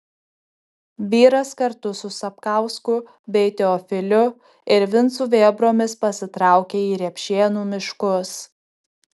vyras kartu su sapkausku bei teofiliu ir vincu vėbromis pasitraukė į repšėnų miškus